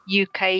UK